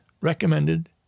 recommended